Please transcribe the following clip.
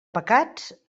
pecats